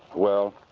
well.